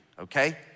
okay